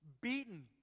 beaten